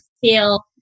feel